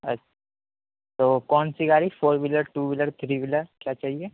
اچھا تو کون سی گاڑی four wheeler two wheeler three wheeler کیا چاہیے